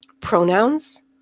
Pronouns